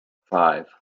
five